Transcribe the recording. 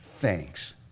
thanks